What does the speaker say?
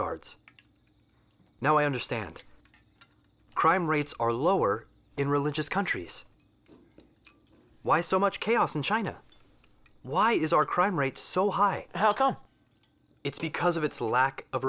bodyguards now i understand crime rates are lower in religious countries why so much chaos in china why is our crime rate so high how come it's because of its lack of